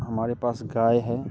हमारे पास गाय हैं